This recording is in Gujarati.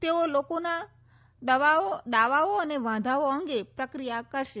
તેઓ લોકોના દાવાઓ અને વાંધાઓ અંગે પ્રક્રિય કરશે